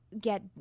get